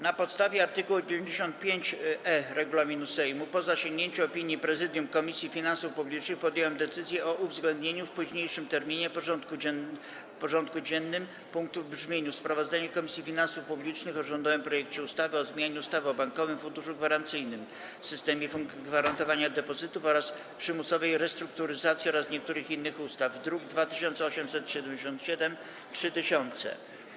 Na podstawie art. 95e regulaminu Sejmu, po zasięgnięciu opinii prezydium Komisji Finansów Publicznych, podjąłem decyzję o uwzględnieniu w późniejszym terminie w porządku dziennym punktu w brzmieniu: Sprawozdanie Komisji Finansów Publicznych o rządowym projekcie ustawy o zmianie ustawy o Bankowym Funduszu Gwarancyjnym, systemie gwarantowania depozytów oraz przymusowej restrukturyzacji oraz niektórych innych ustaw, druki nr 2877 i 3000.